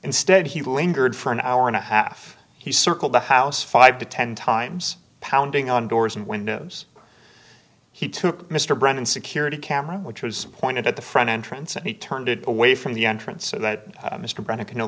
instead he lingered for an hour and a half he circled the house five to ten times pounding on doors and windows he took mr brennan security camera which was pointed at the front entrance and he turned it away from the entrance